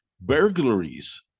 Burglaries